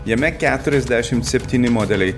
jame keturiasdešim septyni modeliai